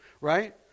right